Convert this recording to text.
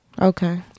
okay